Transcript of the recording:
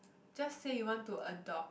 just say you want to adopt